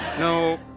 no.